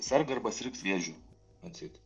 serga arba sirgs vėžiu atseit